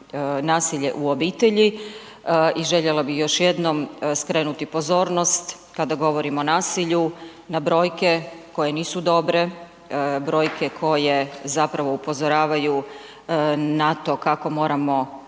nasilje u obitelji. I željela bih još jednom skrenuti pozornost kada govorimo o nasilju na brojke koje nisu dobre, brojke koje zapravo upozoravaju na to kako moramo